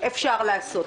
אפשר לעשות.